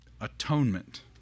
Atonement